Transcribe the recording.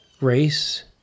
race